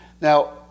Now